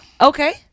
Okay